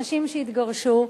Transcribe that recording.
נשים שהתגרשו,